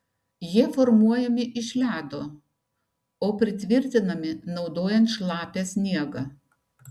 jie formuojami iš ledo o pritvirtinami naudojant šlapią sniegą